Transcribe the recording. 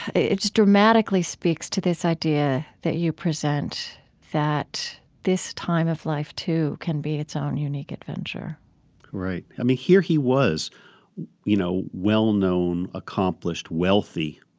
dramatically speaks to this idea that you present that this time of life too can be its own unique adventure right. i mean, here he was you know well-known, accomplished, wealthy,